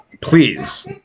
Please